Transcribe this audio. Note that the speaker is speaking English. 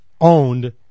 owned